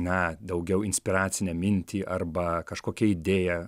na daugiau inspiracinę mintį arba kažkokią idėją